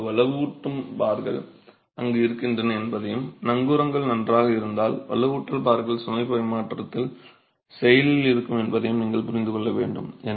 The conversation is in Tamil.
இப்போது வலுவூட்டும் பார்கள் அங்கு இருக்கின்றன என்பதையும் நங்கூரங்கள் நன்றாக இருந்தால் வலுவூட்டல் பார்கள் சுமை பரிமாற்றத்தில் செயலில் இருக்கும் என்பதையும் நீங்கள் புரிந்து கொள்ள வேண்டும்